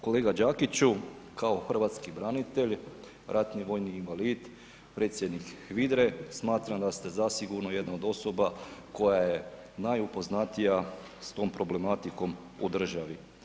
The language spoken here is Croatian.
Kolega Đakiću, kao hrvatski branitelj, ratni vojni invalid, predsjednik HVIDRA-e, smatram da ste zasigurno jedna od osoba koja je najupoznatija s tom problematikom u državi.